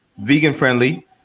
vegan-friendly